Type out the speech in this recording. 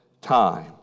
time